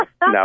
No